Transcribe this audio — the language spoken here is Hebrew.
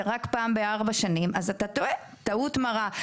רק פעם בארבע שנים אז אתה טועה טעות מרה.